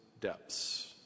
depths